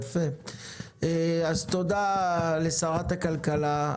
תודה לשרת הכלכלה.